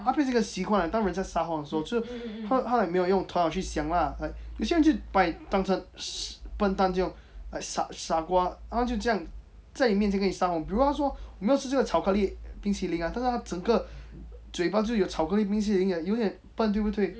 它变成一个习惯当人家撒谎的时候就会他会没有用头脑去想啦 like 有些人就把你当成笨蛋就傻瓜他们就这样在你面前跟你撒谎比方说我没有吃这个巧克力冰淇淋啊但他整个嘴巴就有巧克力冰淇淋就有点笨对不对